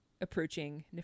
approaching